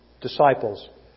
disciples